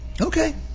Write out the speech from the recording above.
Okay